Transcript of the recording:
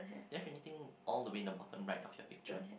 do you have anything all the way in the bottom right of your picture